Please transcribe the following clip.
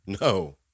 no